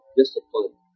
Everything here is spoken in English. discipline